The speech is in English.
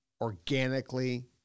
organically